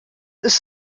ist